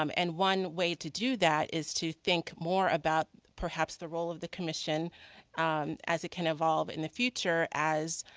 um and one way to do that is to think more about perhaps the role of the commission as it can evolve in the future as,